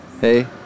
Hey